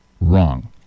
Wrong